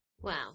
Wow